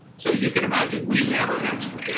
so you can imagine we never had scripts. yeah